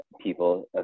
people